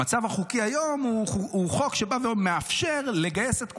המצב החוקי היום הוא חוק שמאפשר לגייס את כולם.